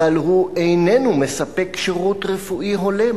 אבל הוא איננו מספק שירות רפואי הולם.